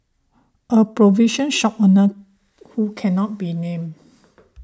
a provision shop owner who cannot be named